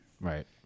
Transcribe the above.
Right